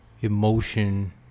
Emotion